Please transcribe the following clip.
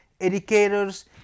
educators